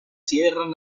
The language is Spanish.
cierran